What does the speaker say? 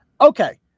Okay